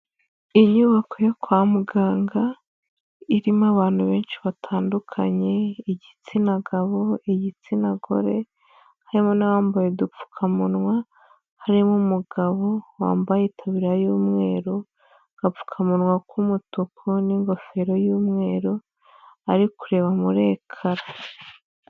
Inyubako yo kwa muganga irimo abantu benshi batandukanye, igitsina gabo, igitsina gore, harimo n'abambaye udupfukamunwa, harimo umugabo wambaye itaburiya y'umweru, agapfukamunwa k'umutuku n'ingofero y'umweru, ari kureba muri ekara.